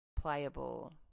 pliable